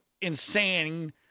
insane